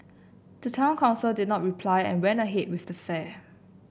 the town council did not reply and went ahead with the fair